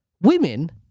Women